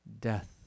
death